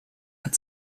hat